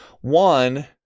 One